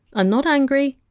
ah not angry,